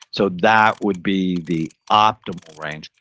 so that would be the optimal range.